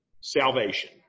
salvation